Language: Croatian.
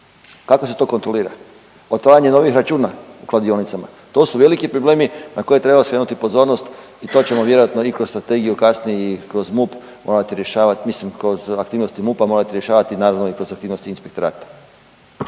Kako se to kontrolira? Otvaranje novih računa u kladionicama. To su veliki problemi na koje treba skrenuti pozornost i to ćemo vjerojatno i kroz strategiju kasnije i kroz MUP morati rješavati, mislim kroz aktivnosti MUP-a morati rješavati naravno i kroz aktivnosti inspektorata.